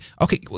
okay